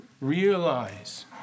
realize